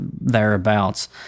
thereabouts